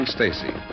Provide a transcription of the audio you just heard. Stacy